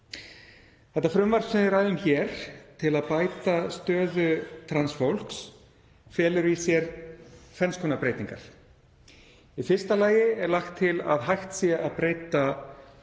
Það frumvarp sem við ræðum hér til að bæta stöðu trans fólks felur í sér tvenns konar breytingar. Í fyrsta lagi er lagt til að hægt sé að breyta